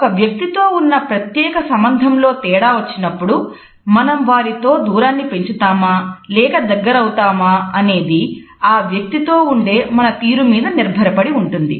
ఒక వ్యక్తి తో ఉన్న ప్రత్యేక సంబంధంలో తేడా వచ్చినప్పుడు మనం వారితో దూరాన్ని పెంచుతామా లేక దగ్గరవుతామా అనేది ఆ వ్యక్తితో ఉండే మన తీరు మీద నిర్భరపడి ఉంటుంది